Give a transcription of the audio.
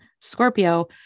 Scorpio